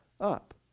up